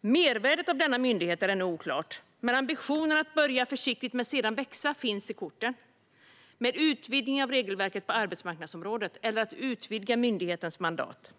Mervärdet av denna myndighet är ännu oklart. Men ambitionen att börja försiktigt och sedan växa finns i korten, med en utvidgning av regelverket på arbetsmarknadsområdet eller genom att utvidga myndighetens mandat.